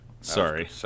Sorry